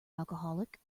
alcoholic